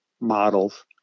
models